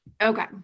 Okay